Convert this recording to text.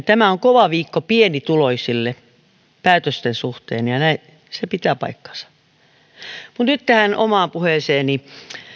tämä on kova viikko pienituloisille päätösten suhteen se pitää paikkaansa mutta nyt tähän omaan puheeseeni